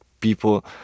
people